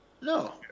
No